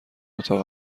اتاق